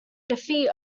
defeat